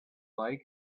like